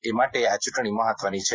એ માટે આ ચૂંટણી મહત્વની છે